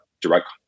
direct